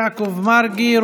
יעקב מרגי,